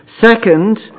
Second